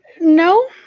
No